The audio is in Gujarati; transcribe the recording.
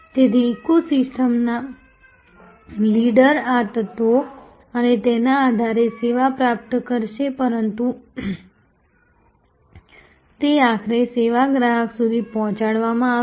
તેથી ઇકો સિસ્ટમ લીડર આ તત્વો અને તેના આધારે સેવા પ્રાપ્ત કરશે પરંતુ તે આખરે સેવા ગ્રાહક સુધી પહોંચાડવામાં આવશે